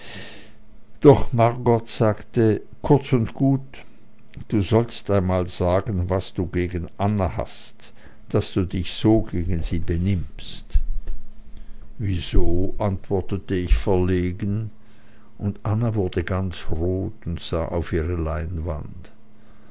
doch margot sagte kurz und gut du sollst einmal sagen was du gegen die anna hast daß du dich so gegen sie benimmst wieso antwortete ich verlegen und anna wurde ganz rot und sah auf ihre leinwand